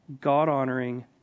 God-honoring